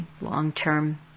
long-term